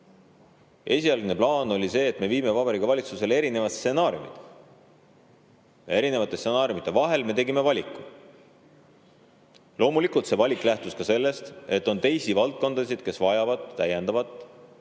Esialgne plaan oli see, et me viime Vabariigi Valitsusele erinevad stsenaariumid. Erinevate stsenaariumide vahel me tegime valiku. Loomulikult lähtus see valik ka sellest, et on teisi valdkondasid, mis vajavad täiendavat